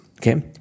okay